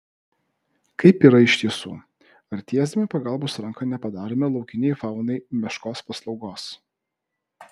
kaip yra iš tiesų ar tiesdami pagalbos ranką nepadarome laukiniai faunai meškos paslaugos